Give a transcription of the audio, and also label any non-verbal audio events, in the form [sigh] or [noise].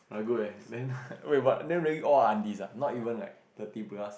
good eh then [laughs] wait but then really all are aunties ah not even like thirty plus